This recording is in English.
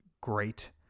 great